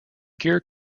gear